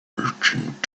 merchant